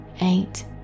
Eight